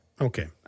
Okay